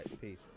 peace